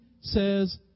says